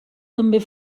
també